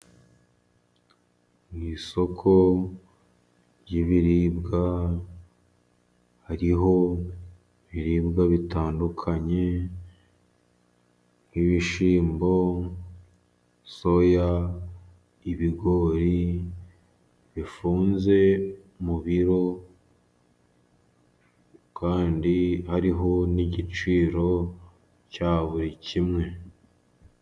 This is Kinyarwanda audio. Mu isoko ry'ibiribwa hariho ibiribwa bitandukanye: nk'ibishyimbo, soya, ibigori bifunze mu biro ,kandi hariho n'igiciro cya buri kimwe.